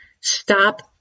Stop